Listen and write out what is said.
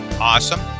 Awesome